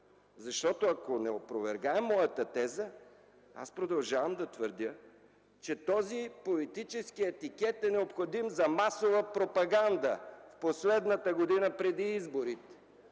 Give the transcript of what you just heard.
Защото ако не опровергае моята теза, аз продължавам да твърдя, че този политически етикет е необходим за масова пропаганда. В последната година преди изборите